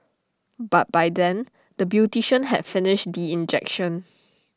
but by then the beautician have finished the injection